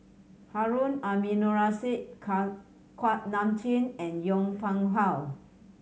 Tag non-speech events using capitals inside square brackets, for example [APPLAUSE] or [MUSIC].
Harun Aminurrashid [UNINTELLIGIBLE] Kuak Nam Jin and Yong Pung How